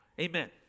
Amen